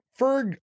Ferg